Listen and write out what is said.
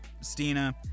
Stina